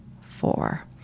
four